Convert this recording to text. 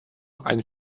ein